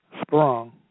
sprung